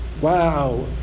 wow